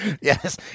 Yes